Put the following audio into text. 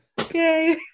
okay